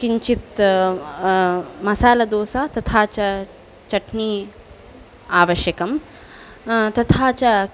किञ्चित् मसालदोसा तथा च चट्नि आवश्यकं तथा च